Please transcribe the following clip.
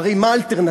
והרי מה האלטרנטיבה?